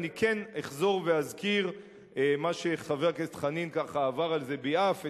אני כן אחזור ואזכיר מה שחבר הכנסת חנין ככה עבר על זה ביעף,